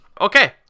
Okay